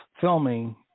filming